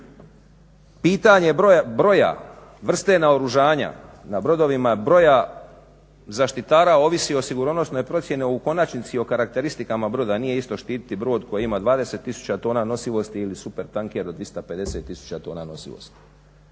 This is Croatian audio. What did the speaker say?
Pitanje broja, vrste naoružanja na brodovima, broja zaštitara ovisi o sigurnosnoj procjeni, a u konačnici i o karakteristikama jer nije isto štititi brod koji ima 20 tisuća tona nosivosti ili super tanker od 350 tisuća tona nosivosti.